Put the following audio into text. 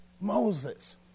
Moses